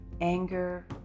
anger